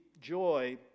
joy